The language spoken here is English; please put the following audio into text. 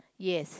yes